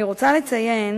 אני רוצה לציין